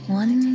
one